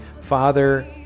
Father